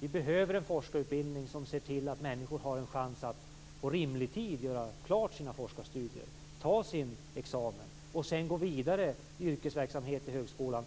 Vi behöver en forskarutbildning som ser till att människor har en chans att på rimlig tid göra klart sina forskarstudier, ta sin examen och sedan gå vidare i yrkesverksamhet i högskolan,